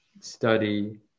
study